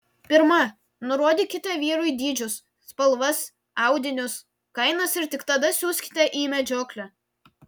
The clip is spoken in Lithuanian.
pirma nurodykite vyrui dydžius spalvas audinius kainas ir tik tada siųskite į medžioklę